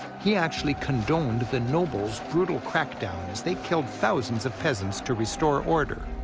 he actually condoned the nobles' brutal crackdown as they killed thousands of peasants to restore order.